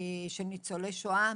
של ניצולי שואה,